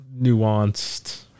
nuanced